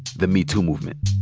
the me too movement.